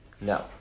No